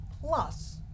plus